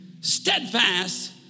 steadfast